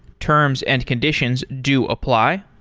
terms and conditions do apply.